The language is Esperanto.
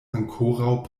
ankoraŭ